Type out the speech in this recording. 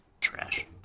trash